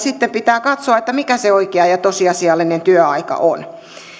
sitten pitää katsoa mikä se oikea ja tosiasiallinen työaika on